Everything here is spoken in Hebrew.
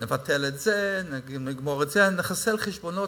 נבטל את זה, נגמור את זה, נחסל חשבונות